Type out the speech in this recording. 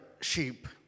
sheep